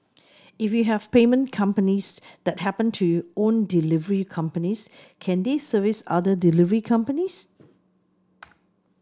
if you have payment companies that happen to own delivery companies can they service other delivery companies